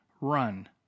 run